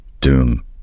Doom